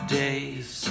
days